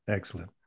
Excellent